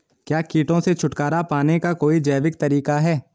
क्या कीटों से छुटकारा पाने का कोई जैविक तरीका है?